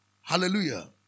Hallelujah